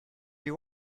you